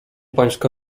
pańska